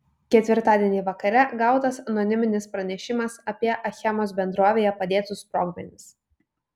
ketvirtadienį vakare gautas anoniminis pranešimas apie achemos bendrovėje padėtus sprogmenis